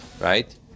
right